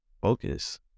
Focus